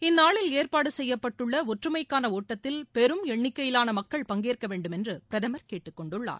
இந்நாளில் ஏற்பாடு செய்யப்டட்டுள்ள ஒற்றுமைக்கான ஒட்டத்தில் பெரும் எண்ணிக்கையிலான மக்கள் பங்கேற்க வேண்டுமென்று பிரதமர் கேட்டு கொண்டுள்ளார்